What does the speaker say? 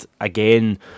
Again